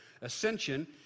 ascension